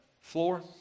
floor